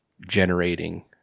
generating